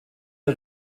der